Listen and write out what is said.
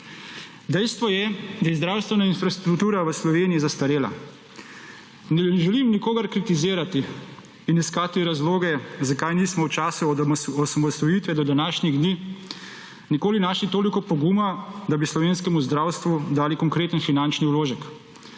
Dejstvo je, da je zdravstvena infrastruktura v Slovenij zastarela. Ne želim nikogar kritizirati in iskati razloge zakaj nismo v času od osamosvojitve do današnjih dni nikoli našli toliko poguma, da bi slovenskemu zdravstvu dali konkretni finančni vložek